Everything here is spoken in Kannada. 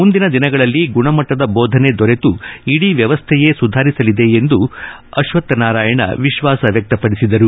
ಮುಂದಿನ ದಿನಗಳಲ್ಲಿ ಗುಣಮಟ್ಟದ ಬೋಧನೆ ದೊರೆತು ಇದೀ ವ್ಯವಸ್ಥೆಯೇ ಸುಧಾರಿಸಲಿದೆ ಎಂದು ಅವರು ವಿಶ್ವಾಸ ವ್ಯಕ್ತಪದಿಸಿದರು